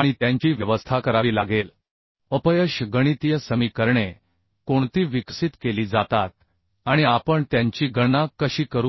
आणि त्यांची व्यवस्था करावी लागेल अपयश गणितीय समीकरणे कोणती विकसित केली जातात आणि आपण त्यांची गणना कशी करू